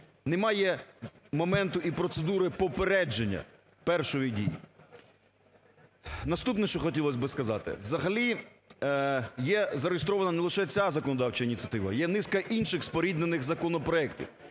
Немає моменту і процедури попередження першої дії. Наступне, що хотілось би сказати. Взагалі є зареєстрована не лише ця законодавча ініціатива, є низка інших споріднених законопроектів.